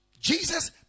Jesus